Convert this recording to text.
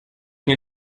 nie